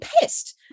pissed